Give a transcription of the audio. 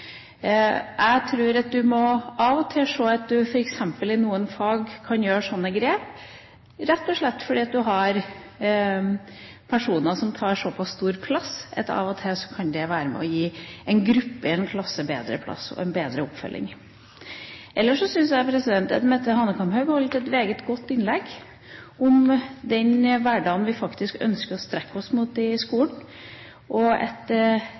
Jeg tror at man av og til må se at man f.eks. i noen fag kan gjøre slike grep, rett og slett fordi man har personer som tar såpass stor plass at det av og til kan være med på å gi en gruppe i en klasse bedre plass og bedre oppfølging. Ellers synes jeg at Mette Hanekamhaug holdt et meget godt innlegg om den hverdagen vi faktisk ønsker å strekke oss mot i skolen – at